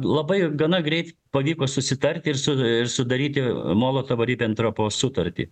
labai gana greit pavyko susitarti ir su sudaryti molotovo ribentropo sutartį